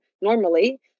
Normally